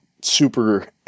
super